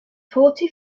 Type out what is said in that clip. forty